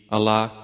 Allah